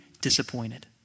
disappointed